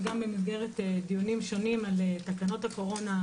וגם במסגרת דיונים שונים על תקנות הקורונה,